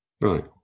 Right